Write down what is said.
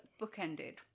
bookended